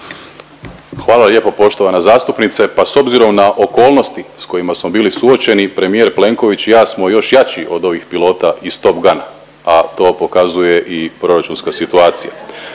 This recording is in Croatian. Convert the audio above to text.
Hvala lijepo poštovana zastupnice. Pa s obzirom na okolnosti sa kojima smo bili suočeni premijer Plenković i ja smo još jači od ovih pilota iz Top Guna, a to pokazuje i proračunska situacija.